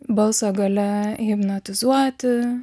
balso galia hipnotizuoti